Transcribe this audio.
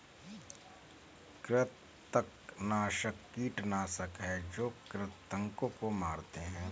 कृंतकनाशक कीटनाशक हैं जो कृन्तकों को मारते हैं